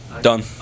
done